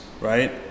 right